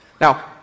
Now